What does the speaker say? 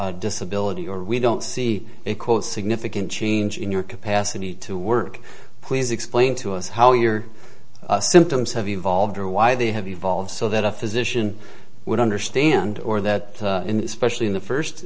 disability or we don't see a quote significant change in your capacity to work please explain to us how your symptoms have evolved or why they have evolved so that a physician would understand or that specially in the first